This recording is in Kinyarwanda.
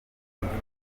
imfubyi